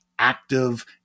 active